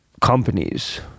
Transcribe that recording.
companies